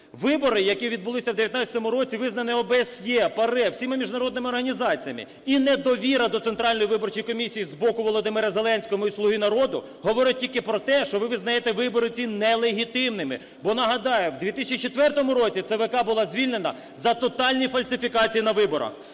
вибори, які відбулися в 2019 році, визнані ОБСЄ, ПАРЄ, всіма міжнародними організаціями, і недовіра до Центральної виборчої комісії з боку Володимира Зеленського і "Слуги народу" говорить тільки про те, що ви визнаєте вибори ці нелегітимними, бо нагадаю, у 2004 році ЦВК була звільнена за тотальні фальсифікації на виборах.